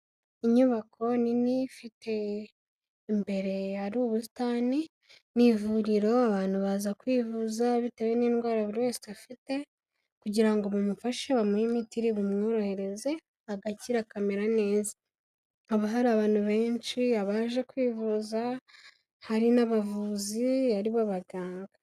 Inyubako nini ifite imbere hari ubusitani, ni ivuriro abantu baza kwivuza bitewe n'indwara buri wese afite, kugira ngo bamumufashe bamuhe imiti iri bumworohereze agakira akamera neza. Haba hari abantu benshi abaje kwivuza hari n'abavuzi ari bo baganga.